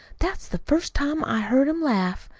that's the first time i heard him laugh.